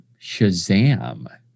Shazam